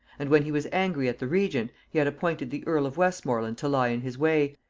and when he was angry at the regent, he had appointed the earl of westmorland to lie in his way,